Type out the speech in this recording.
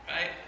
right